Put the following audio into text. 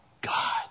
God